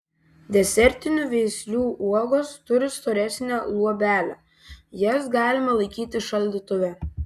desertinių veislių uogos turi storesnę luobelę jas galima laikyti šaldytuve